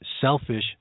selfish